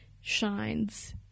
shines